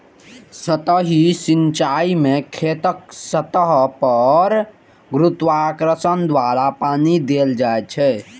सतही सिंचाइ मे खेतक सतह पर गुरुत्वाकर्षण द्वारा पानि देल जाइ छै